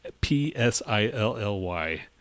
P-S-I-L-L-Y